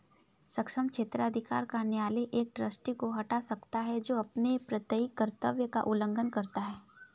सक्षम क्षेत्राधिकार का न्यायालय एक ट्रस्टी को हटा सकता है जो अपने प्रत्ययी कर्तव्य का उल्लंघन करता है